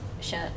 shirt